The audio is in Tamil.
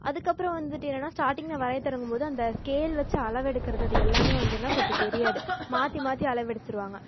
அதுக்கப்புறம் வந்துவிட்டு என்னென்னா ஸ்டார்டிங்கில வரைய தொடங்கும் போது அந்த ஸ்கேல் வச்சு அளவு எடுக்கறது அது எல்லாமே வந்து என்ன கொஞ்சம் தெரியாது மாற்றி மாற்றி அளவு எடுத்துடுவாங்க